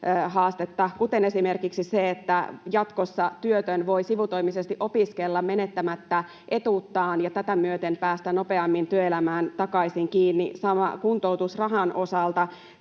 kuten esimerkiksi se, että jatkossa työtön voi sivutoimisesti opiskella menettämättä etuuttaan ja tätä myöten päästä nopeammin työelämään takaisin kiinni. Sama kuntoutusrahan osalta: